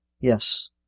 Yes